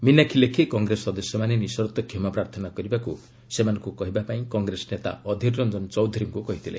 ମିନାକ୍ଷୀ ଲେଖି କଂଗ୍ରେସ ସଦସ୍ୟମାନେ ନିଃସର୍ଭ କ୍ଷମାପ୍ରାର୍ଥନା କରିବାକୁ ସେମାନଙ୍କୁ କହିବା ପାଇଁ କଂଗ୍ରେସ ନେତା ଅଧୀର ରଞ୍ଜନ ଚୌଧୁରୀଙ୍କୁ କହିଥିଲେ